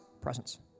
presence